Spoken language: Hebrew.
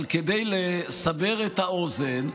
אבל כדי לסבר את האוזן,